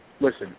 Listen